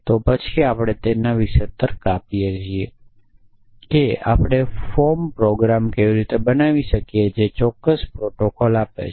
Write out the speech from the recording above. તો પછી આપણે તેના વિશે તર્ક આપી શકીએ છીએ કે આપણે ફોર્મ પ્રોગ્રામ કેવી રીતે બતાવી શકીએ જે ચોક્કસ પ્રોટોકોલ આપે છે